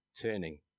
turning